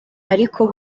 ariko